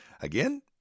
Again